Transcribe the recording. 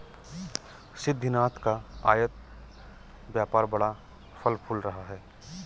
सिद्धिनाथ का आयत व्यापार बड़ा फल फूल रहा है